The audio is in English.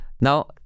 now